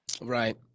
Right